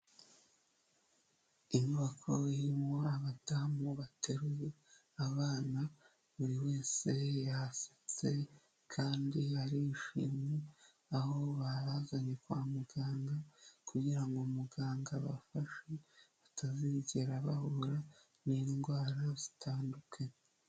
Inyubako irimo abadamu bateruye abana, buri wese yasetse kandi arishimye, aho bazanye kwa muganga kugira ngo muganga abafashe, batazigera bahura n'indwara zitandukanye.